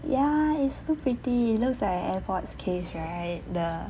ya it's so pretty looks like the airpods case right the